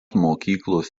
mokyklos